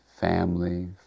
family